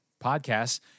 Podcasts